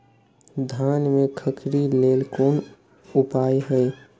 धान में खखरी लेल कोन उपाय हय?